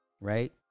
right